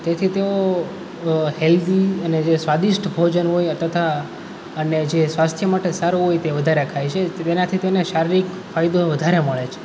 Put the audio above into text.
તેથી તેઓ હેલ્દી અને જે સ્વાદિષ્ટ ભોજન હોય તથા અને જે સ્વાસ્થ્ય માટે સારું હોય તે વધારે ખાય છે તેનાંથી તેને શારીરિક ફાયદો વધારે મળે છે